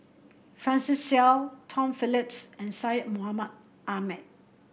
Francis Seow Tom Phillips and Syed Mohamed Ahmed